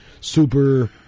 super